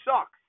sucks